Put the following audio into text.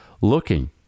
looking